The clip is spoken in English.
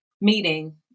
meeting